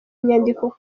nyandiko